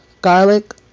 garlic